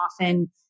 often